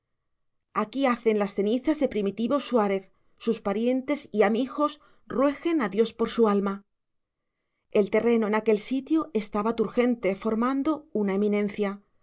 aquí hacen las cenizas de primitibo suarez sus parientes y amijos ruegen a dios por su alma el terreno en aquel sitio estaba turgente formando una eminencia